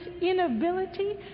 inability